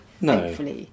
no